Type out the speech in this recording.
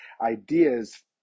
ideas